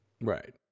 Right